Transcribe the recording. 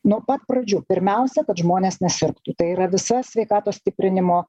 nuo pat pradžių pirmiausia kad žmonės nesirgtų tai yra visa sveikatos stiprinimo